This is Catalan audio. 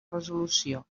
resolució